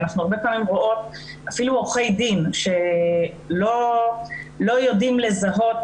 אנחנו הרבה פעמים רואות אפילו עורכי דין שלא יודעים לזהות